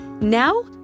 Now